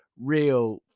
real